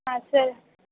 ಹಾಂ ಸರ್